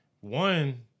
one